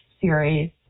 series